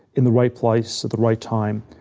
in the right place at the right time.